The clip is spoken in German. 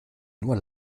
nur